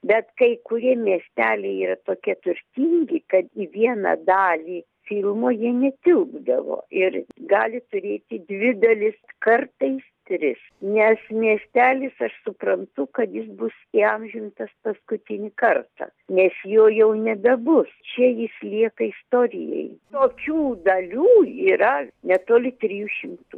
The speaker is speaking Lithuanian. bet kai kurie miesteliai yra tokie turtingi kad į vieną dalį filmo jie netilpdavo ir gali turėti dvi dalis kartais tris nes miestelis aš suprantu kad jis bus įamžintas paskutinį kartą nes jo jau nebebus čia jis lieka istorijai tokių dalių yra netoli trijų šimtų